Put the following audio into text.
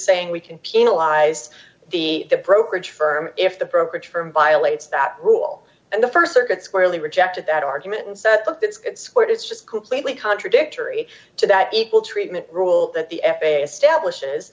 saying we can penalize the brokerage firm if the brokerage firm violates that rule and the st circuit squarely rejected that argument and said look it's court is just completely contradictory to that equal treatment rule that the f a a establishes